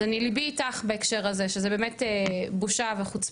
אז ליבי איתך בהקשר הזה, שזו באמת בושה וחוצפה.